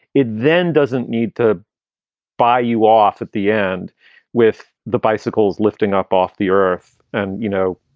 it then doesn't need to buy you off at the end with the bicycle's lifting up off the earth and you know,